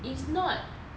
it's not